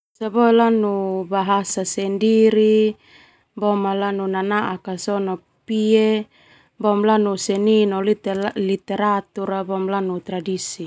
Lanu bahasa sendiri lanu nanaak sona pie lanu seni no literatur boema lanu tradisi.